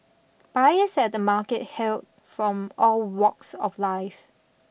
buyers at the market hailed from all walks of life